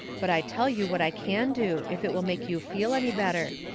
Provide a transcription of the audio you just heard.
but i tell you what i can do, if it will make you feel any better.